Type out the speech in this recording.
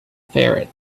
ferret